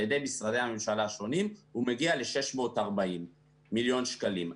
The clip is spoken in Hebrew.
ידי משרדי ממשלה השונים מגיע ל-640 מיליון שקלים.